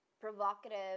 provocative